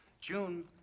June